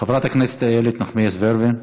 חברת הכנסת איילת נחמיאס ורבין.